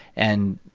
and,